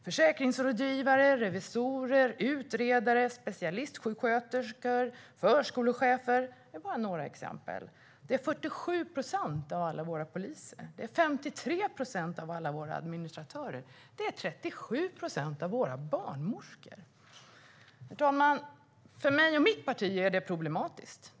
Försäkringsrådgivare, revisorer, utredare, specialistsjuksköterskor och förskolechefer är bara några exempel på andra yrkesgrupper. Det är 47 procent av alla våra poliser, 53 procent av alla våra administratörer och 37 procent av våra barnmorskor. Herr talman! För mig och mitt parti är detta problematiskt.